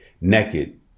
Naked